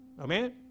Amen